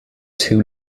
too